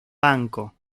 banco